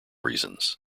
reasons